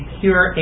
pure